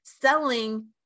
selling